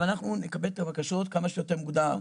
אבל אנחנו נקבל את הבקשות כמה שיותר מוקדם.